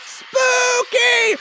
spooky